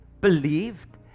believed